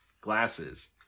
glasses